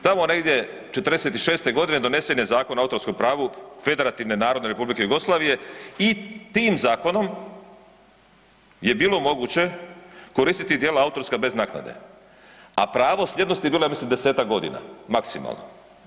Tamo negdje 46. godine donesen je Zakon o autorskom pravu Federativne Narodne Republike Jugoslavije i tim zakonom je bilo moguće koristiti djela autorska bez naknade, a pravo sljednosti je bilo ja mislim 10-tak godina maksimalno.